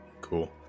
Cool